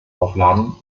aufladen